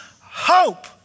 hope